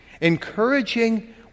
Encouraging